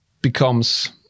becomes